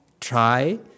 Try